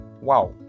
Wow